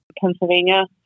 Pennsylvania